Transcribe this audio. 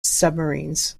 submarines